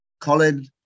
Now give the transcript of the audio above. Colin